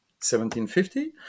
1750